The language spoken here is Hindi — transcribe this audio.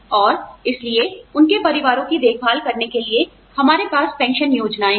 और इसलिए उनके परिवारों की देखभाल करने के लिए हमारे पास पेंशन योजनाएँ हैं